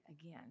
again